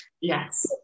Yes